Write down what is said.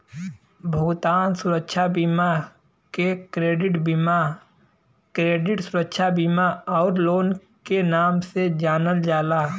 भुगतान सुरक्षा बीमा के क्रेडिट बीमा, क्रेडिट सुरक्षा बीमा आउर लोन के नाम से जानल जाला